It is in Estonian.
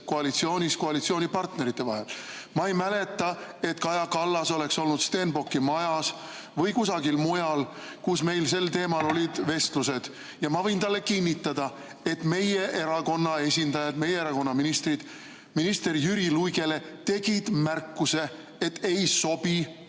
koalitsioonis koalitsioonipartnerite vahel. Ma ei mäleta, et Kaja Kallas oleks olnud Stenbocki majas või kusagil mujal, kus meil sel teemal vestlused olid. Ja ma võin teile kinnitada, et meie erakonna esindajad, meie erakonna ministrid tegid minister Jüri Luigele märkuse, et ei sobi viia